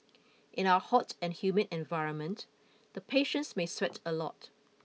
in our hot and humid environment the patients may sweat a lot